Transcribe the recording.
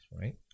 right